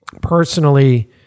personally